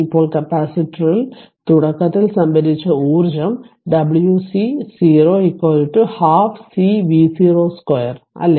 ഇപ്പോൾ കപ്പാസിറ്ററിൽ തുടക്കത്തിൽ സംഭരിച്ച ഊർജ്ജം Wc0 1 2 C V02 അല്ലേ